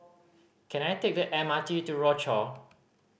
can I take the M R T to Rochor